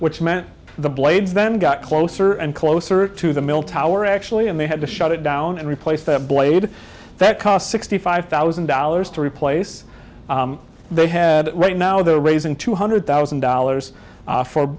which meant the blades then got closer and closer to the mill tower actually and they had to shut it down and replace that blade that cost sixty five thousand dollars to replace they had right now they're raising two hundred thousand dollars